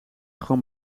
gewoon